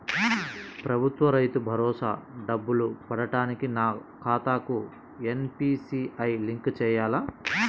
ప్రభుత్వ రైతు భరోసా డబ్బులు పడటానికి నా ఖాతాకి ఎన్.పీ.సి.ఐ లింక్ చేయాలా?